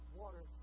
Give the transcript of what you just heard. water